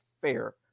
fair